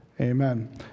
Amen